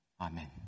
Amen